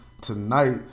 tonight